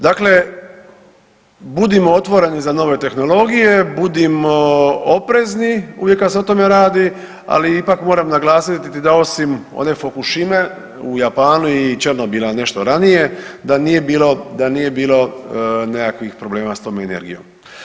Dakle, budimo otvoreni za nove tehnologije, budimo oprezni uvijek kad se o tome radi, ali ipak moram naglasiti da osim one Fukušime u Japanu i Černobila nešto ranije da nije bilo, da nije bilo nekakvih problema s tom energijom.